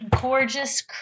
gorgeous